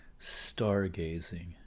stargazing